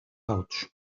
pouch